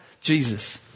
Jesus